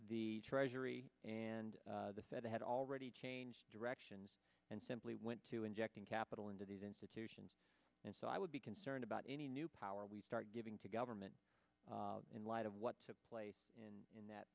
the treasury and the fed had already changed directions and simply went to injecting capital into these institutions and so i would be concerned about any new power we start giving to government in light of what took place in that